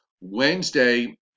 Wednesday